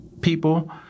people